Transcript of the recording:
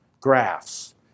graphs